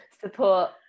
support